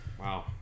Wow